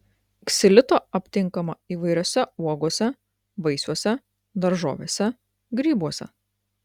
ksilito aptinkama įvairiose uogose vaisiuose daržovėse grybuose